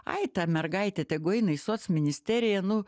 ai ta mergaitė tegu eina į soc ministeriją nu